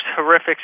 horrific